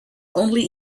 only